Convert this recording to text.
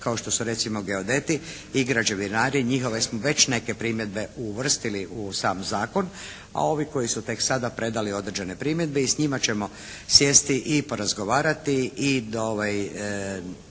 kao što su recimo geodeti i građevinari njihove smo već neke primjedbe uvrstili u sam zakon, a ovi koji su tek sada predali određene primjedbe i s njima ćemo sjesti i porazgovarati i dogovoriti